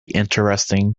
interesting